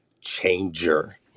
changer